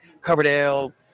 Coverdale